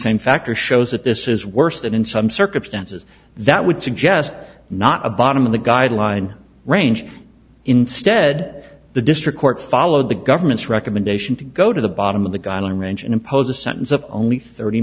same factors shows that this is worse than in some circumstances that would suggest not a bottom of the guideline range instead the district court followed the government's recommendation to go to the bottom of the